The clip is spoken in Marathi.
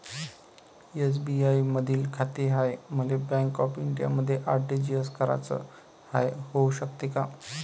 एस.बी.आय मधी खाते हाय, मले बँक ऑफ इंडियामध्ये आर.टी.जी.एस कराच हाय, होऊ शकते का?